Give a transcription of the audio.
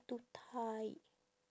too tight